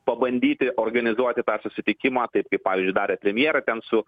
pabandyti organizuoti tą susitikimątaip kaip pavyzdžiui darė premjerė ten su